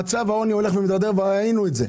מצב העוני הולך ומידרדר וראינו את זה.